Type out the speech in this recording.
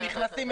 הם נכנסים,